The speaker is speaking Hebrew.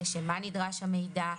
לשם מה נדרש המידע,